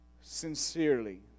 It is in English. sincerely